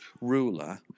ruler